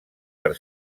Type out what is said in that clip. per